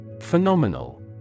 Phenomenal